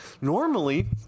normally